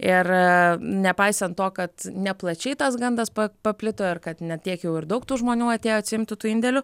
ir nepaisant to kad neplačiai tas gandas paplito ir kad ne tiek jau ir daug tų žmonių atėjo atsiimti tų indėlių